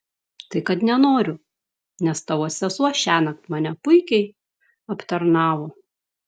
tai kad nenoriu nes tavo sesuo šiąnakt mane puikiai aptarnavo